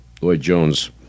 Lloyd-Jones